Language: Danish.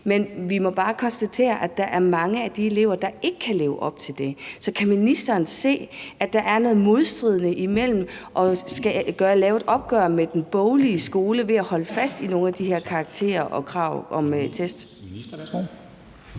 men vi må bare konstatere, at der er mange af de elever, der ikke kan leve op til de krav. Så kan ministeren se, at der er noget modstridende imellem at lave et opgør med den boglige skole og så at holde fast i nogle af de her krav om karakterer